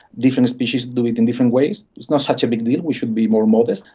different species do it in different ways, it's not such a big deal, we should be more modest.